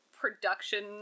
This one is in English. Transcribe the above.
production